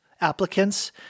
applicants